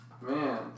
Man